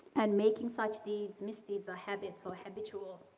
and making such deeds misdeeds a habit, so habitual